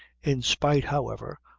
in spite, however,